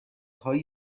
های